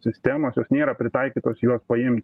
sistemos jos nėra pritaikytos juos paimti